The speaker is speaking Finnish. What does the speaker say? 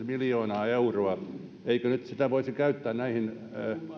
miljoonaa euroa eikö sitä nyt voisi käyttää näihin